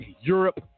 Europe